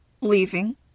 Leaving